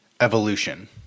evolution